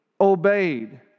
obeyed